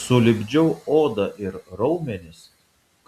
sulipdžiau odą ir raumenis